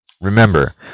remember